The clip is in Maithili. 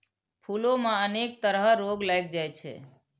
फूलो मे अनेक तरह रोग लागि जाइ छै